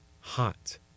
hot